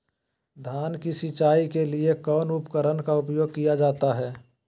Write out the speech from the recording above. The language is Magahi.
धान की सिंचाई के लिए कौन उपकरण का उपयोग किया जाता है?